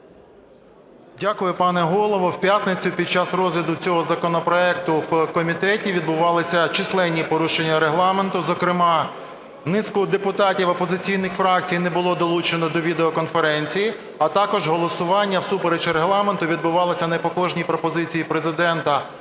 Дякую, пане Голово. У п'ятницю під час розгляду цього законопроекту в комітеті відбувалися численні порушення Регламенту. Зокрема, низку депутатів опозиційних фракцій не було долучено до відео-конференції, а також голосування, всупереч Регламенту, відбувалося не по кожній пропозиції Президента,